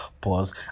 pause